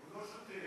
הוא לא שותה,